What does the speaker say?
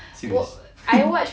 serious